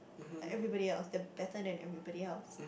like everybody else they are better than everybody else